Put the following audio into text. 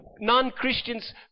non-Christians